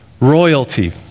Royalty